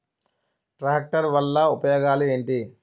Tractor వల్ల ఉపయోగాలు ఏంటీ?